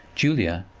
julia,